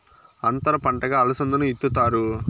అంతర పంటగా అలసందను ఇత్తుతారు